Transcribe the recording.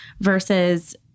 versus